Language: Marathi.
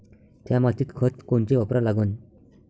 थ्या मातीत खतं कोनचे वापरा लागन?